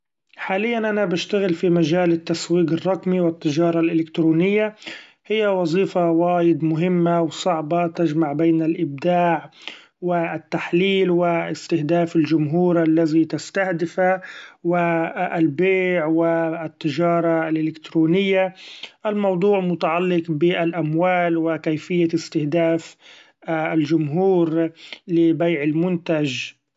حاليا أنا بشتغل في مجال التسويق الرقمي و التجارة الإلكترونية ، هي وظيفة وايد مهمة و صعبة ؛ تجمع بين الإبداع والتحليل و استهداف الجمهور الذي تستهدفه ، و البيع و التجارة الإلكترونية ، الموضوع متعلق بالأموال و كيفية استهداف الجمهور لبيع المنتج.